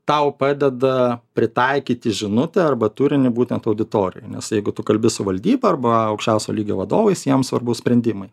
tau padeda pritaikyti žinutę arba turinį būtent auditorijai nes jeigu tu kalbi su valdyba arba aukščiausio lygio vadovais jiem svarbu sprendimai